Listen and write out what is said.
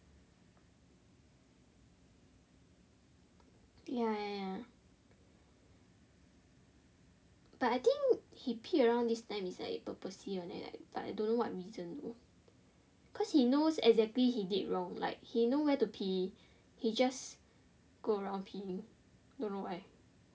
ya ya ya but I think he pee around this time is like purposely one leh but I don't know what reason though cause he knows exactly he did wrong like he know where to pee he just go around peeing don't know why